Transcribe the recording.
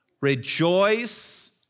Rejoice